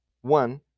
one